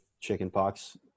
chickenpox